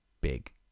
big